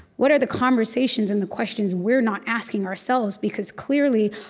what are the conversations and the questions we're not asking ourselves? because, clearly,